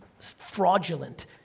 fraudulent